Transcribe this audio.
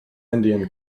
indian